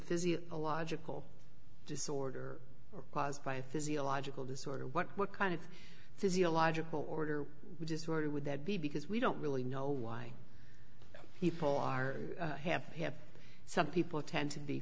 physiological disorder are caused by physiological disorder what kind of physiological order disorder would that be because we don't really know why people are have have some people tend to be